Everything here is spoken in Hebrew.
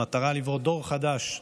במטרה לבנות דור חדש,